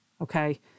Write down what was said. Okay